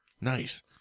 Nice